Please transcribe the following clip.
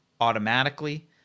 automatically